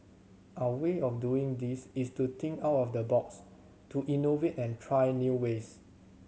our way of doing this is to think out of the box to innovate and try new ways